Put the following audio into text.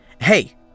Hey